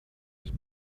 his